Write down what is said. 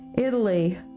Italy